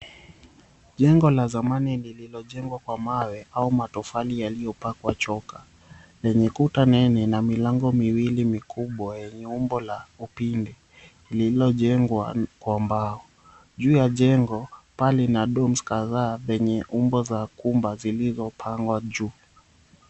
Jengo la zamani lililojengwa kwa mawe au matofali yaliyopakwa choka yenye kuta nene na milango miwili mikubwa yenye umbo la upinde lililojengwa kwa mbao. Juu ya jengo mbali na dums kadhaa lenye umbo za kumba zilizopangwa juu.